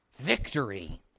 victory